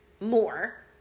more